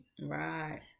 Right